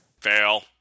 Fail